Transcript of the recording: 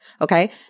Okay